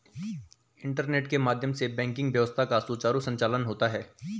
internet के माध्यम से बैंकिंग व्यवस्था का सुचारु संचालन होता है